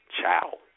Ciao